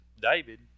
David